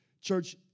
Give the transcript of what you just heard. Church